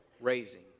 raising